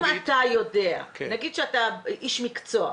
נניח שאתה איש מקצוע,